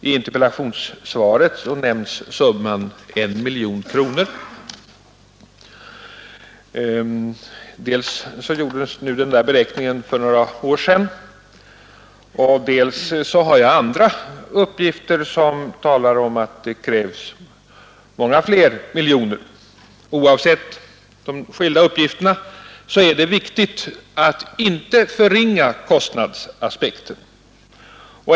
I interpellationssvaret nämns summan 1 miljon kronor, men dels gjordes den beräkningen för några år sedan, dels har jag andra uppgifter på att det krävs många miljoner. Men oavsett de skilda uppgifterna är det viktigt att inte förringa kostnadsaspekten.